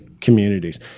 communities